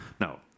Now